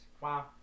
Wow